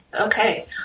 Okay